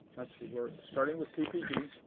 we're starting with ppg.